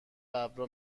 ببرا